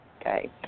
Okay